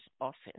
office